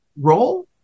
role